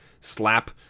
slap